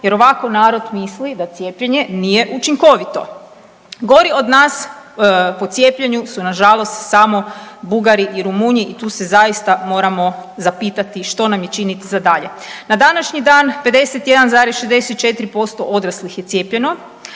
jer ovako narod misli da cijepljenje nije učinkovito. Gori od nas po cijepljenju su nažalost samo Bugari i Rumunji i tu se zaista moramo zapitati što nam je činiti za dalje. Na današnji dan 51,64% odraslih je cijepljeno